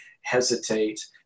hesitate